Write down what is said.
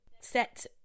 set